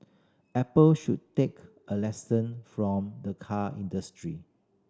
apple should take a lesson from the car industry